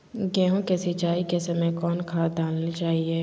गेंहू के सिंचाई के समय कौन खाद डालनी चाइये?